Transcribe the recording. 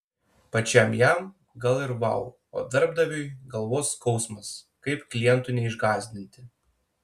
pačiam jam gal ir vau o darbdaviui galvos skausmas kaip klientų neišgąsdinti